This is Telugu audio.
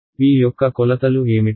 p యొక్క కొలతలు ఏమిటి